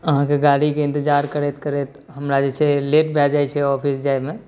अहाँके गाड़ीके इन्तजार करैत करैत हमरा जे छै लेट भऽ जाइ छै ऑफिस जाइमे